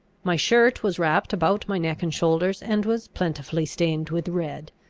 my shirt was wrapped about my neck and shoulders, and was plentifully stained with red.